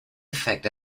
affect